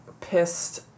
pissed